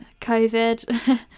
covid